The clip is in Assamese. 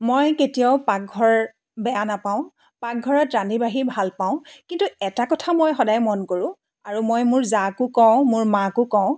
মই কেতিয়াও পাকঘৰ বেয়া নেপাওঁ পাকঘৰত ৰান্ধি বাঢ়ি ভাল পাওঁ কিন্তু এটা কথা মই সদায় মন কৰোঁ আৰু মই মোৰ জাকো কওঁ মোৰ মাকো কওঁ